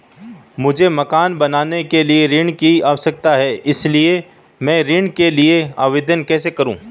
मुझे मकान बनाने के लिए ऋण की आवश्यकता है इसलिए मैं ऋण के लिए आवेदन कैसे करूं?